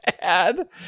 bad